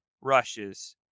rushes